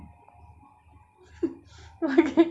err pakai pakai niqab